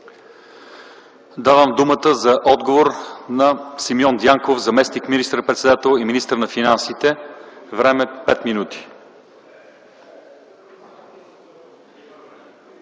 Давам думата за отговор на Симеон Дянков – заместник министър-председател и министър на финансите. ЗАМЕСТНИК